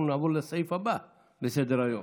אנחנו נעבור לסעיף הבא על סדר-היום,